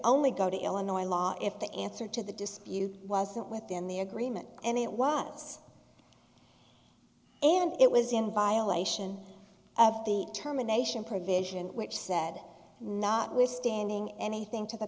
only go to illinois law if the answer to the dispute wasn't within the agreement and it was and it was in violation of the terminations provision which said notwithstanding anything to the